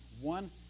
one